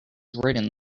written